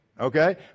okay